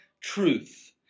truth